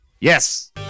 Yes